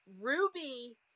Ruby